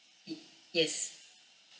it yes